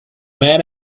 man